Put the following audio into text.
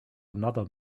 another